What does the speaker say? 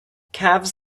calves